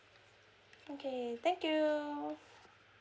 okay thank you